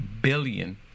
billion